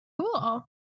Cool